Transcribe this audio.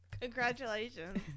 Congratulations